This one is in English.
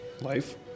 Life